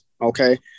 okay